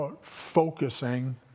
focusing